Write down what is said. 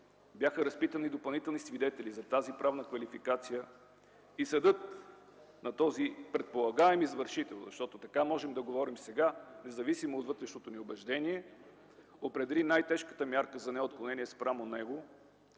бяха разпитани допълнителни свидетели за тази правна квалификация и съдът на този предполагаем извършител, защото така можем да говорим сега независимо от вътрешното ни убеждение, определи най-тежката мярка за неотклонение спрямо него,